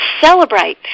celebrate